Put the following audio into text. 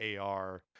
AR